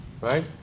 right